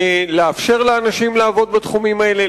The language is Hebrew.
לאפשר לאנשים לעבוד בתחומים האלה,